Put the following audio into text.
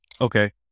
Okay